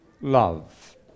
love